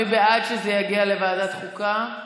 מי בעד שזה יגיע לוועדת חוקה?